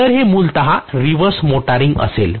तर हे मूलतः रिव्हर्स मोटरिंग असेल